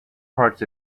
parts